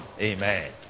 Amen